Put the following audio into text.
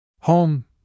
HOME